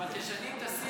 אבל תשני את השיח ואת הטון.